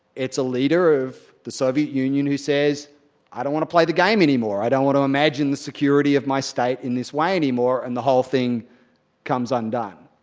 it's a leader of the soviet union who says i don't want to play the game any more, i don't want to imagine the security of my state in this way any more, and the whole thing comes undone.